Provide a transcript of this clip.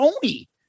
Tony